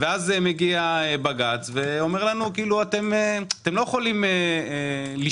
ואז מגיע בג"ץ ואומר לנו: אתם לא יכולים לשקוע.